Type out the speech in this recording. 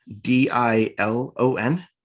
D-I-L-O-N